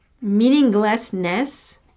meaninglessness